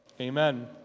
Amen